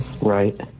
Right